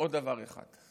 עוד דבר אחד: